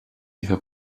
ihre